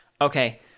Okay